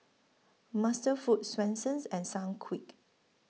MasterFoods Swensens and Sunquick